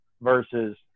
versus